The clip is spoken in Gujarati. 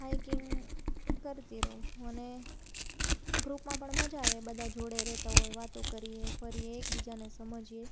હાઈકિંગ કરતી રહું છું અને ગ્રુપમાં પણ મજા આવે બધા જોડે રહેતા હોય વાતો કરીએ ફરીએ એક બીજાને સમજીએ